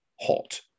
hot